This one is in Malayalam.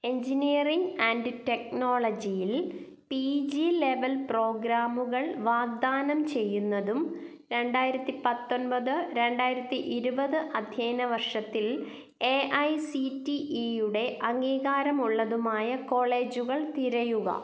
എഞ്ചിനീയറിംഗ് ആൻഡ് ടെക്നോളജിയിൽ പി ജി ലെവൽ പ്രോഗ്രാമുകൾ വാഗ്ദാനം ചെയ്യുന്നതും രണ്ടായിരത്തി പത്തൊൻപത് രണ്ടായിരത്തി ഇരുപത് അദ്ധ്യയന വർഷത്തിൽ ഏ ഐ സി ടി ഈയുടെ അംഗീകാരമുള്ളതുമായ കോളേജുകൾ തിരയുക